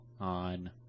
on